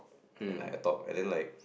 like a talk and then like